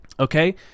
Okay